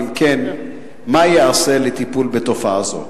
2. אם כן, מה ייעשה לטיפול בתופעה זו?